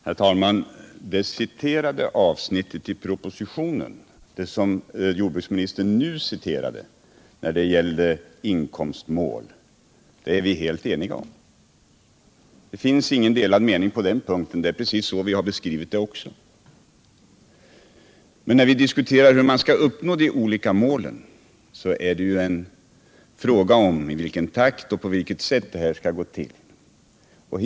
Herr talman! Propositionens avsnitt beträffande inkomstmål, som jordbruksministern nu citerade, är vi helt eniga om. Vi har beskrivit saken precis så vi också. Men när vi diskuterar hur målen skall uppnås gäller det ju i vilken takt och på vilket sätt det skall ske.